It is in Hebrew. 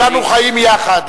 אז כולנו חיים יחד,